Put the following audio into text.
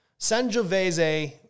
Sangiovese